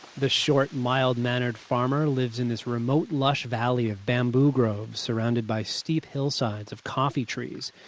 the short, mild-mannered farmer lives in this remote lush valley of bamboo groves surrounded by steep hillsides of coffee trees.